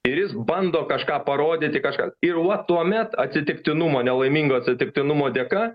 ir jis bando kažką parodyti kažką ir va tuomet atsitiktinumo nelaimingo atsitiktinumo dėka